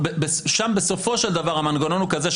שם בסופו של דבר המנגנון הוא כזה,